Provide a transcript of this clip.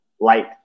light